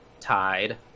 Tied